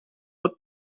haute